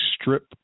strip